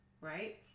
Right